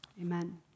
Amen